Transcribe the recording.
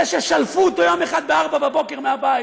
זה ששלפו אותו יום אחד ב-04:00 מהבית,